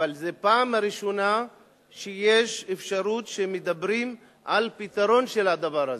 אבל זאת פעם ראשונה שיש אפשרות שמדברים על פתרון של הדבר הזה.